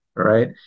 right